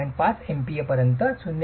5 MPa पर्यंत 0